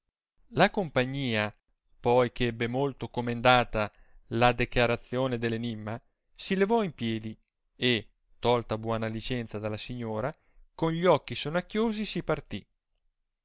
la compagnia poi che ebbe molto comendata la dechiarazione dell enimma si levò in piedi e tolta buona licenza dalla signora con gli occhi sonnacchiosi si parti